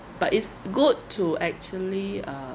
but it's good to actually uh